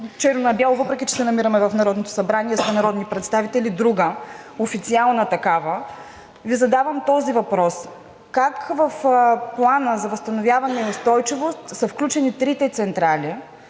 черно на бяло, въпреки че се намираме в Народното събрание и сме народни представители друга официална такава, Ви задавам този въпрос: как в Плана за възстановяване и устойчивост са включени трите централи,